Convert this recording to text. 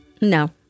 No